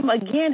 again